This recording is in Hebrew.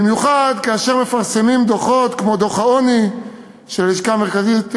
במיוחד כאשר מפרסמים דוחות כמו דוח העוני של הלשכה המרכזית לסטטיסטיקה,